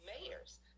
mayors